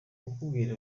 kukubwira